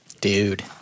Dude